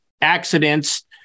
accidents